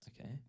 Okay